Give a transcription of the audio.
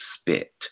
Spit